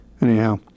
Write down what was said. Anyhow